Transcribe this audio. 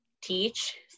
teach